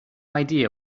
idea